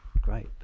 great